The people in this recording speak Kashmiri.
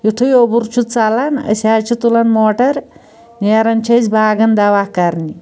یِتھُے اوٚبُر چھُ ژَلان أسۍ حظ چھِ تُلان موٹر نیران چھِ أسۍ باغَن دوا کرنہِ